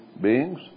beings